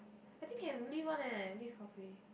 I think can leave one leh leave halfway